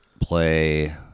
play